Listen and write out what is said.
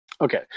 Okay